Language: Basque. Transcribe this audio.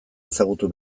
ezagutu